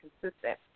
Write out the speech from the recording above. consistent